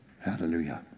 Hallelujah